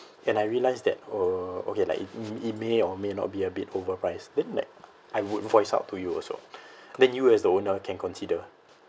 and I realise that uh okay like it it may or may not be a bit overpriced then like I would voice out to you also then you as the owner can consider